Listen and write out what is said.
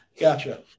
Gotcha